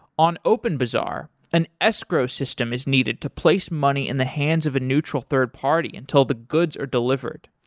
on openbazaar an escrow system is needed to place money in the hands of a neutral third party until the goods are delivered.